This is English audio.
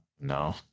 No